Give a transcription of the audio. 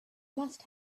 must